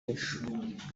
night